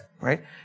right